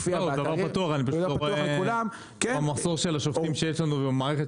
--- פשוט לא רואה במחסור של השופטים שיש לנו ומערכת